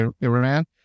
Iran